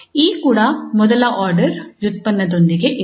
𝐸 ಕೂಡ ಮೊದಲ ದರ್ಜೆಯ ವ್ಯುತ್ಪನ್ನದೊಂದಿಗೆ ಇದೆ